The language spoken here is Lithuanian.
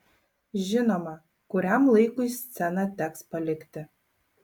žinoma kuriam laikui sceną teks palikti